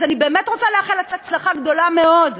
אז אני באמת רוצה לאחל הצלחה גדולה מאוד,